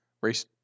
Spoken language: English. race